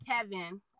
Kevin